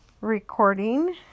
recording